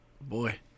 boy